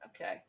Okay